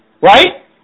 right